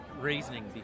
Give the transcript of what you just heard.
reasoning